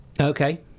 okay